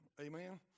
amen